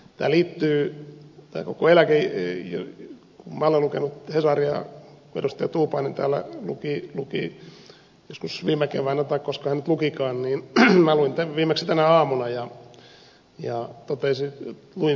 minä olen lukenut hesaria edustaja tuupainen täällä luki joskus viime keväänä tai koska hän nyt lukikaan minä luin viimeksi tänä aamuna